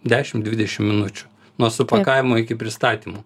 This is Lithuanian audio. dešim dvidešim minučių nuo supakavimo iki pristatymo